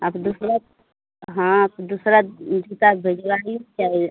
आप दूसरा हाँ आप दूसरा जूता भिजवाइए चाहे